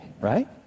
right